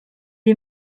est